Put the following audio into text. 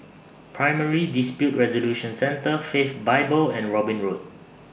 Primary Dispute Resolution Centre Faith Bible and Robin Road